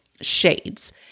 shades